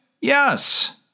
Yes